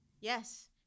Yes